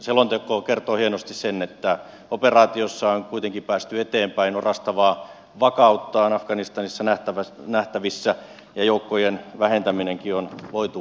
selonteko kertoo hienosti sen että operaatiossa on kuitenkin päästy eteenpäin orastavaa vakautta on afganistanissa nähtävissä ja joukkojen vähentäminenkin on voitu aloittaa